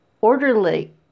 orderly